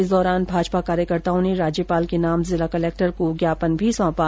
इस दौरान भाजपा कार्यकर्ताओं ने राज्यपाल के नाम जिला कलक्टर को ज्ञापन भी सौंपा